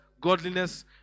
godliness